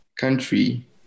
country